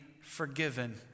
forgiven